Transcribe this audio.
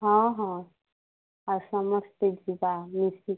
ହଁ ହଁ ଆଉ ସମସ୍ତେ ଯିବା ମିଶିକି